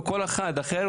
וכל אחד אחר,